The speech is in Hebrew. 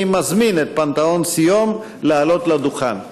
אני מזמין את פנתהון סיום לעלות דוכן.